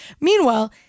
Meanwhile